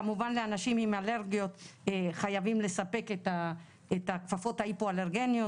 כמובן לאנשים עם אלרגיות חייבים לספק את הכפפות ההיפו אלרגניות.